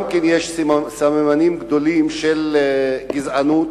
יש סממנים גדולים של גזענות